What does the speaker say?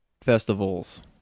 festivals